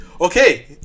Okay